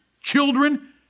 children